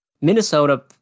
Minnesota